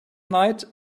night